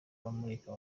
abamurika